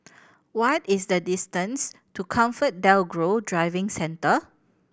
what is the distance to ComfortDelGro Driving Centre